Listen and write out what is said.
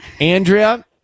Andrea